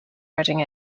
reading